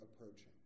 approaching